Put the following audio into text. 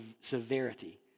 severity